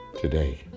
today